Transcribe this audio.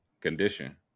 condition